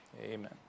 amen